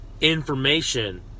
information